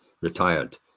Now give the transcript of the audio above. retired